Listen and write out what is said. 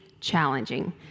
challenging